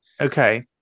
Okay